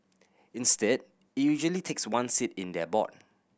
instead it usually takes one seat in their board